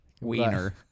Wiener